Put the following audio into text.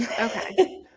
okay